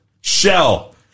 Shell